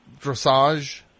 dressage